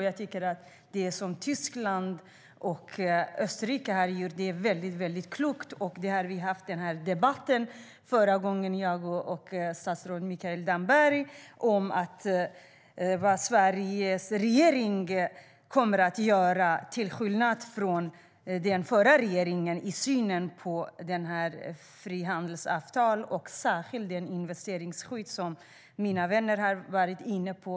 Jag tycker att det Tyskland och Österrike har gjort är väldigt klokt. Jag och statsrådet Mikael Damberg har haft en debatt om vad Sveriges regering, till skillnad från den förra regeringen, kommer att göra och vilken syn man har på detta frihandelsavtal och särskilt det investeringsskydd mina vänner har varit inne på.